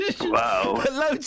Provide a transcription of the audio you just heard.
Wow